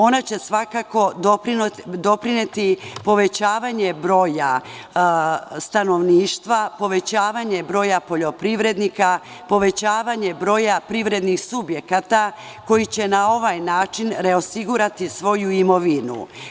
Ona će svakako doprineti povećavanju broja stanovništva, povećavanju broja poljoprivrednika, povećavanju broja privrednih subjekata koji će na ovaj način reosigurati svoju imovinu.